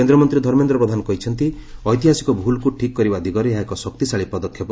କେନ୍ଦ୍ରମନ୍ତ୍ରୀ ଧର୍ମେନ୍ଦ୍ର ପ୍ରଧାନ କହିଛନ୍ତି ଐତିହାସିକ ଭୁଲ୍କୁ ଠିକ୍ କରିବା ଦିଗରେ ଏହା ଏକ ଶକ୍ତିଶାଳୀ ପଦକ୍ଷେପ